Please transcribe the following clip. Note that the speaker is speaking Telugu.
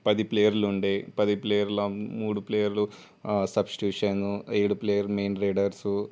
పది ప్లేయర్లు ఉండేది పది ప్లేయర్లలో మూడు ప్లేయర్లు ఆ సబ్స్టిట్యూషను ఏడు ప్లేయర్ మెయిన్ లీడర్సు